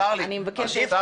לך.